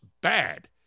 bad